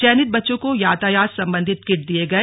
चयनित बच्चों को यातायात संबंधी किट दिए गए